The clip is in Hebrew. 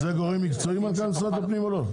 זה גורם מקצועי מנכ"ל משרד הפנים או לא?